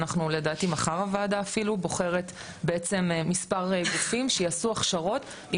לדעתי מחר הוועדה אפילו בוחרת מספר גופים שיעשו הכשרות,